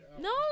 No